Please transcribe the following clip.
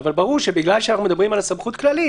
אבל ברור שבגלל שאנחנו מדברים על סמכות כללית,